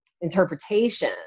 interpretation